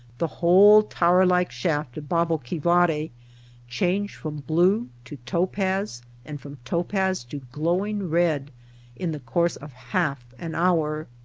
the whole tower-like shaft of baboqui vari change from blue to topaz and from topaz to glowing red in the course of half an hour.